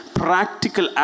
practical